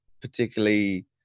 particularly